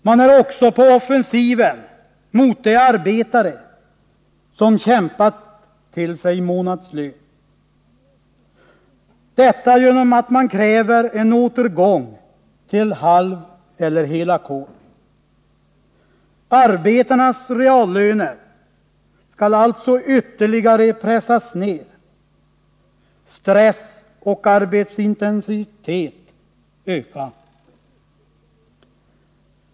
Man är också på offensiven mot de arbetare som kämpat sig till månadslön — genom att man kräver en återgång till halveller helackord. Arbetarnas reallöner skall alltså ytterligare pressas ner, stress och arbetsintensitet skall öka.